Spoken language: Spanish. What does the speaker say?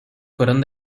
fueron